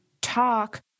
talk